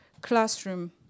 classroom